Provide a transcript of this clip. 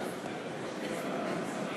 בן שרה ומשה,